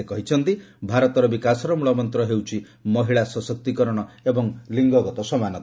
ସେ କହିଛନ୍ତି ଭାରତର ବିକାଶର ମୂଳ ମନ୍ତ ହେଉଛି ମହିଳା ସଶକ୍ତିକରଣ ଏବଂ ଲିଙ୍ଗଗତ ସମାନତା